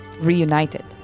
Reunited